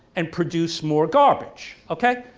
and produce more garbage. okay.